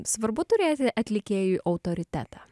svarbu turėti atlikėjui autoritetą